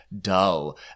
dull